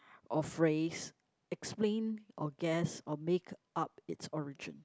or phrase explain or guess or make-up its origin